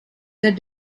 that